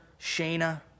Shana